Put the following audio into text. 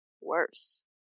worse